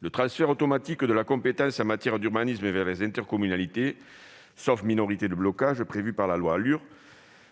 Le transfert automatique de la compétence en matière d'urbanisme vers les intercommunalités, sauf minorité de blocage, prévu par la loi ALUR,